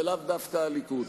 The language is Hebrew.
זה לאו דווקא הליכוד.